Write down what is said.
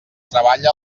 treballa